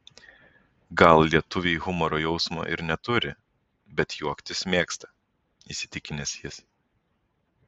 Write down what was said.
gal lietuviai humoro jausmo ir neturi bet juoktis mėgsta įsitikinęs jis